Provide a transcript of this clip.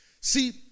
See